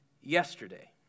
yesterday